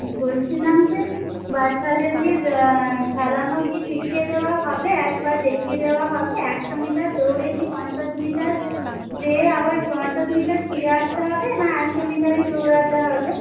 বলছিলাম যে বাচ্চাদের কি খেলানো কি শিখিয়ে দেওয়া হবে একবার দেখিয়ে দেওয়া হবে একশো মিটার দৌড়ে কি পঞ্চাশ মিটার যেয়ে আবার পঞ্চাশ মিটার ফিরে আসতে হবে না একশো মিটারই দৌড়াতে হবে